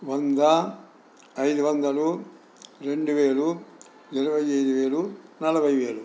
వంద ఐదు వందలు రెండు వేలు ఇరవై ఐదు వేలు నలభై వేలు